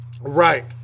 Right